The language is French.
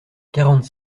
quarante